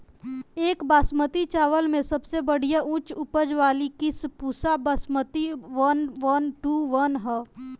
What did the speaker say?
एक बासमती चावल में सबसे बढ़िया उच्च उपज वाली किस्म Pusa Basmati one one two one ह?